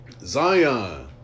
Zion